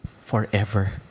forever